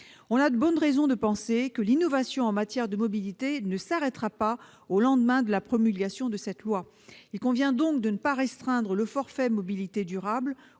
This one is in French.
avons de bonnes raisons de penser que l'innovation en matière de mobilité ne s'arrêtera pas au lendemain de la promulgation de cette loi. Il convient donc de ne pas restreindre le forfait mobilités durables